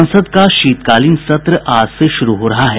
संसद का शीतकालीन सत्र आज से शुरू हो रहा है